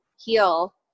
heal